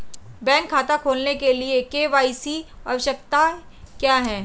Bank खाता खोलने के लिए के.वाई.सी आवश्यकताएं क्या हैं?